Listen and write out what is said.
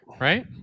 right